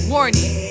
Warning